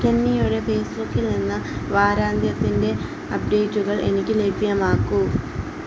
കെന്നിയുടെ ഫേസ്ബുക്കിൽ നിന്ന് വാരാന്ത്യത്തിൻ്റെ അപ്ഡേറ്റുകൾ എനിക്ക് ലഭ്യമാക്കൂ